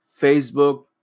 Facebook